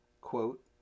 Quote